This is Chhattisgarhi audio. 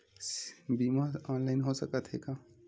बीमा ऑनलाइन हो सकत हे का?